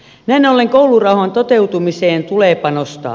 näin ollen koulurauhan toteutumiseen tulee panostaa